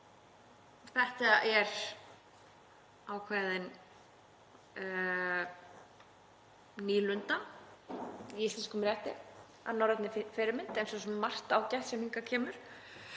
Þetta er ákveðin nýlunda í íslenskum rétti að norrænni fyrirmynd, eins og svo sem margt ágætt sem hingað kemur,